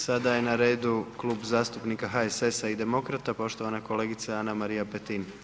Sada je na redu Klub zastupnika HSS-a i demokrata poštovana kolegica Ana-Marija Petin.